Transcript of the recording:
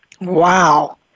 Wow